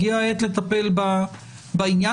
הגיעה העת לטפל בעניין.